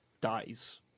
dies